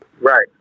Right